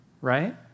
right